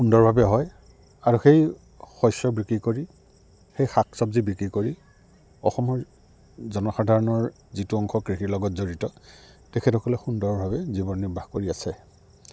সুন্দৰভাৱে হয় আৰু সেই শস্য বিক্ৰী কৰি সেই শাক চবজি বিক্ৰী কৰি অসমৰ জনসাধাৰণৰ যিটো অংশ কৃষিৰ লগত জড়িত তেখেতসকলে সুন্দৰভাৱে জীৱন নিৰ্বাহ কৰি আছে